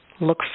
Look